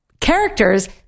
characters